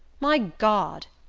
my god!